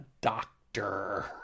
doctor